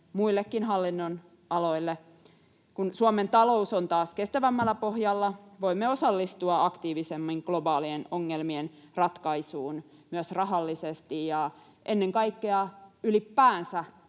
muillekin hallinnonaloille. Kun Suomen talous on taas kestävämmällä pohjalla, voimme osallistua aktiivisemmin globaalien ongelmien ratkaisuun myös rahallisesti. Ylipäänsä